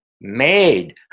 made